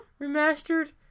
remastered